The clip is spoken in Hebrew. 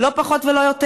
לא פחות ולא יותר,